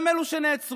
הם אלו שנעצרו,